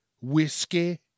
whiskey